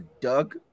Doug